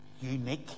unique